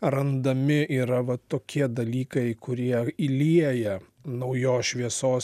randami yra va tokie dalykai kurie įlieja naujos šviesos